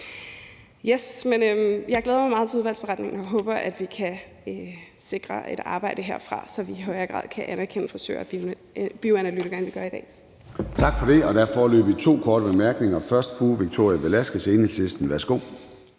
Jeg glæder mig meget til udvalgsberetningen og håber, at vi kan sikre et arbejde herfra, så vi i højere grad kan anerkende frisørerne og bioanalytikerne, end vi gør i dag.